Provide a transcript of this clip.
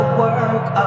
work